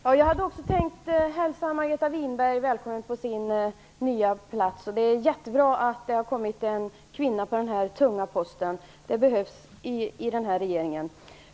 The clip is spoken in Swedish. Fru talman! Jag vill också hälsa Margareta Winberg välkommen på sin nya plats. Det är jättebra att det har kommit en kvinna på denna tunga post. Det behövs i denna regering.